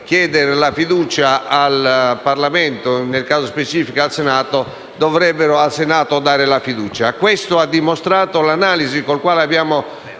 chiedere la fiducia al Parlamento, nel caso specifico al Senato, dovrebbero al Senato dare fiducia. Questo ha dimostrato il metodo con il quale abbiamo